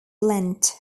lent